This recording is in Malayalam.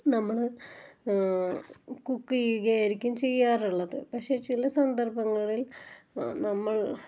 നമ്മൾ കുക്ക് ചെയുകയായിരിക്കും ചെയ്യാറുള്ളത് പക്ഷെ ചില സന്ദർഭങ്ങളിൽ നമ്മൾ